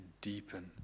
deepen